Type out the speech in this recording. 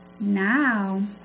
Now